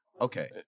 Okay